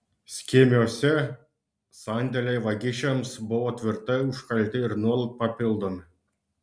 skėmiuose sandėliai vagišiams buvo tvirtai užkalti ir nuolat papildomi